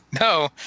No